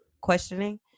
questioning